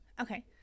Okay